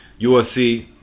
UFC